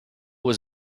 was